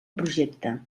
projecte